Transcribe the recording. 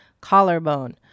Collarbone